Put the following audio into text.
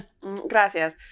Gracias